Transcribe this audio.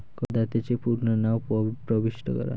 करदात्याचे पूर्ण नाव प्रविष्ट करा